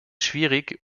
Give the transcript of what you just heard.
schwierig